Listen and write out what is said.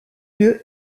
lieu